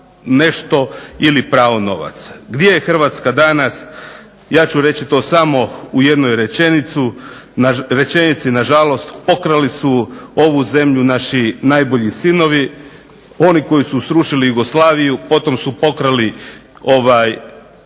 nešto ili prao novac. Gdje je Hrvatska danas? Ja ću reći to samo u jednoj rečenici. Nažalost, pokrali su ovu zemlju naši najbolji sinovi, oni koji su srušili Jugoslaviju, potom su pokrali Hrvatsku.